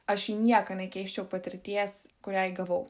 aš į nieką nekeisčiau patirties kurią įgavau